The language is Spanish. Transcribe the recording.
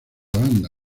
banda